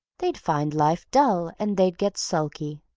they'd find life dull, and they'd get sulky.